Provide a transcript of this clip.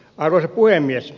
arvoisa puhemies